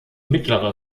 mittlere